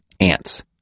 ants